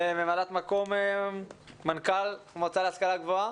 ממלאת-מקום מנכ"ל המועצה להשכלה גבוהה?